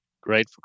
Great